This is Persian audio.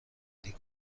کنیم